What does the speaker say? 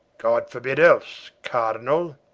god forbid els cardinall,